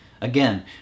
Again